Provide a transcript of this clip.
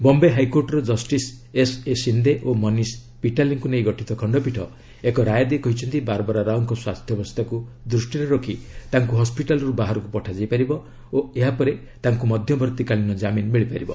ବମ୍ବେ ହାଇକୋର୍ଟର justice S A Shinde ଓ ମନିଶ୍ ପିଟାଲେଙ୍କୁ ନେଇ ଗଠିତ ଖଣ୍ଡପୀଠ ଏକ ରାୟ ଦେଇ କହିଛନ୍ତି ବାର୍ବାରା ରାଓଙ୍କ ସ୍ପାସ୍ଥ୍ୟାବସ୍ଥାକୁ ଦୃଷ୍ଟିରେ ରଖି ତାଙ୍କୁ ହସ୍ୱିଟାଲ୍ରୁ ବାହାରକୁ ପଠାଯାଇ ପାରିବ ଓ ଏହା ପରେ ତାଙ୍କୁ ମଧ୍ୟବର୍ତ୍ତୀକାଳୀନ ଜାମିନ୍ ମିଳିପାରିବ